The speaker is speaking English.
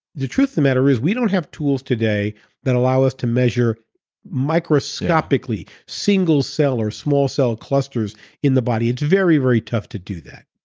the truth the matter is we don't have tools today that allow us to measure microscopically single cell or small cell clusters in the body. it's very, very tough to do that.